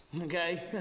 Okay